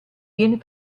viene